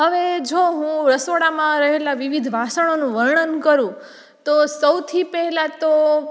હવે જો હું રસોડામાં રહેલા વિવિધ વાસણોનું વર્ણન કરું તો સૌથી પહેલા તો